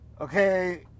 okay